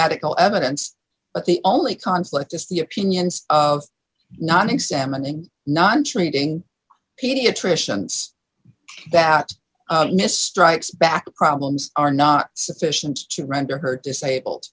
medical evidence but the only conflict is the opinions of not examining not treating pediatricians that nist strikes back problems are not sufficient to render her disabled